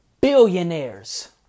billionaires